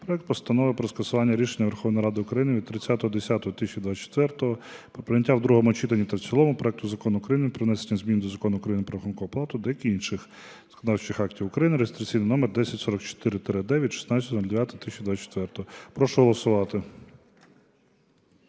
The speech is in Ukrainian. проект Постанови про скасування рішення Верховної Ради України від 30.10.2024 про прийняття в другому читанні та в цілому проекту Закону України про внесення змін до Закону України "Про Рахункову палату" та деяких інших законодавчих актів України (реєстраційний номер 10044-д від 16.09.2024). Прошу голосувати.